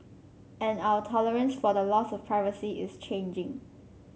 and our tolerance for the loss of privacy is changing